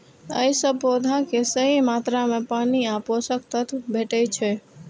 अय सं पौधा कें सही मात्रा मे पानि आ पोषक तत्व भेटै छै